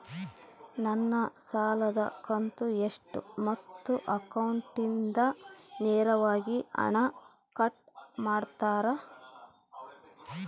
ನನ್ನ ಸಾಲದ ಕಂತು ಎಷ್ಟು ಮತ್ತು ಅಕೌಂಟಿಂದ ನೇರವಾಗಿ ಹಣ ಕಟ್ ಮಾಡ್ತಿರಾ?